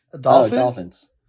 Dolphins